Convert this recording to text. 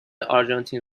آرژانتین